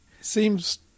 seems